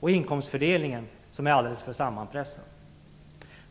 och inkomstfördelningen, som är alldeles för sammanpressad.